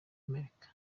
amerika